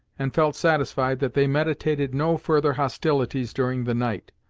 and felt satisfied that they meditated no further hostilities during the night,